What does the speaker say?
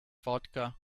vodka